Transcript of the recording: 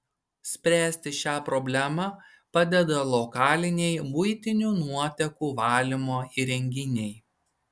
spręsti šią problemą padeda lokaliniai buitinių nuotekų valymo įrenginiai